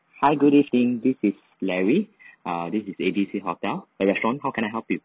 hi good evening this is larry err this is A B C hotel eh restaurant how can I help you